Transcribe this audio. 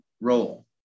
role